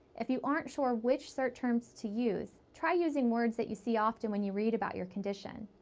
if you aren't sure which search terms to use, try using words that you see often when you read about your condition.